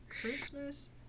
Christmas